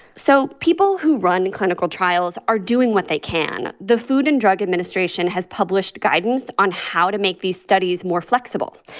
so people who run clinical trials are doing what they can. the food and drug administration has published guidance on how to make these studies more flexible.